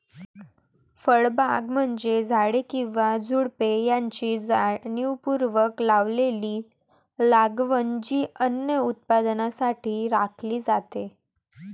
फळबागा म्हणजे झाडे किंवा झुडुपे यांची जाणीवपूर्वक लावलेली लागवड जी अन्न उत्पादनासाठी राखली जाते